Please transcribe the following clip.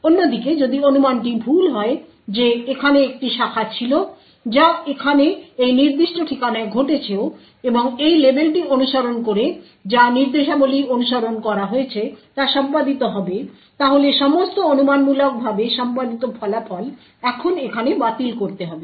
অন্যদিকে যদি অনুমানটি ভুল হয় যে এখানে একটি শাখা ছিল যা এখানে এই নির্দিষ্ট ঠিকানায় ঘটেছেও এবং এই লেবেলটি অনুসরণ করে যে নির্দেশাবলী অনুসরণ করা হয়েছে তা সম্পাদিত হবে তাহলে সমস্ত অনুমানমূলকভাবে সম্পাদিত ফলাফল এখন এখানে বাতিল করতে হবে